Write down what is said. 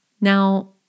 Now